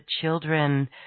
children